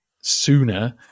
sooner